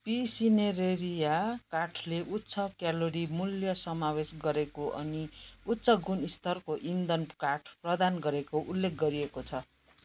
P cineraria काठले उच्च calorie मूल्य समावेश गरेको अनि उच्च गुणस्तरको इन्धन काठ प्रदान गरेको उल्लेख गरिएको छ